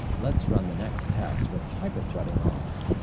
let's run the next test with hyper-threading off.